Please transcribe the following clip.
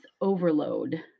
overload